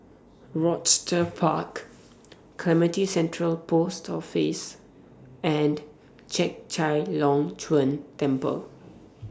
Rochester Park Clementi Central Post Office and Chek Chai Long Chuen Temple